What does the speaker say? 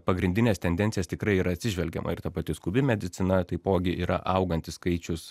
pagrindines tendencijas tikrai yra atsižvelgiama ir ta pati skubi medicina taipogi yra augantis skaičius